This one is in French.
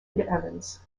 evans